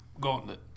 gauntlet